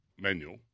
manual